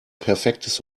perfektes